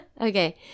okay